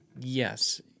yes